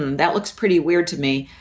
and that looks pretty weird to me,